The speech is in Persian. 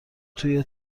توی